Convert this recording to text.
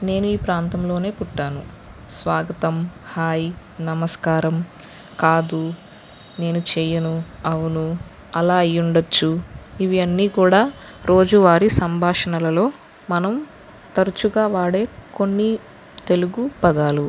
నేను ఈ ప్రాంతంలోనే పుట్టాను స్వాగతం హాయ్ నమస్కారం కాదు నేను చేయను అవును అలా అయి ఉండవచ్చు ఇవి అన్నీ కూడా రోజువారి సంభాషణలలో మనం తరచుగా వాడే కొన్ని తెలుగు పదాలు